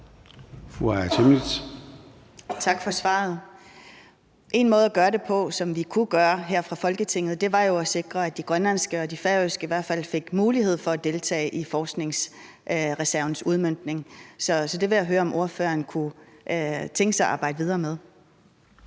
Tak for svaret. En måde at gøre det på, og noget, som vi kunne gøre her fra Folketinget, var jo at sikre, at grønlandske og færøske repræsentanter i hvert fald fik mulighed for at deltage i udmøntningen af forskningsreserven, så det vil jeg høre om ordføreren kunne tænke sig at arbejde videre med.